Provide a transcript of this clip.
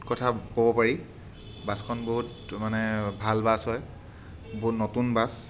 কথা ক'ব পাৰি বাছখন বহুত মানে ভাল বাছ হয় বহুত নতুন বাছ